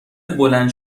بلند